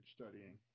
studying